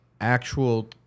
actual